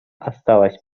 осталась